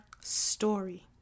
story